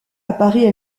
apparaît